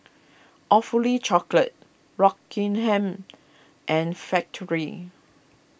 Awfully Chocolate Rockingham and Factorie